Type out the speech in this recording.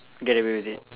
get away with it